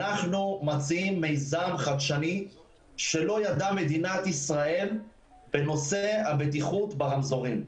אנחנו מציעים מיזם חדשני שלא ידעה מדינת ישראל בנושא הבטיחות ברמזורים.